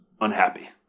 unhappy